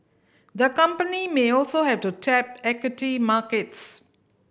the company may also have to tap equity markets